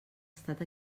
estat